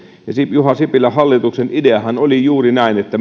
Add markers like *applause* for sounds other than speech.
juha sipilän hallituksen ideahan oli juuri se että *unintelligible*